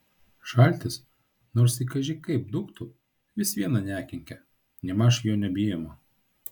šaltis nors ir kaži kaip dūktų vis viena nekenkia nėmaž jo nebijoma